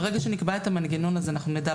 ברגע שנקבע את המנגנון הזה אנחנו נדע.